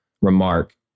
remark